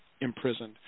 imprisoned